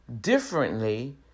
differently